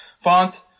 font